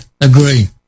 agree